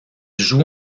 joue